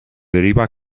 deriva